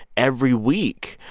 every week,